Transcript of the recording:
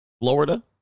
Florida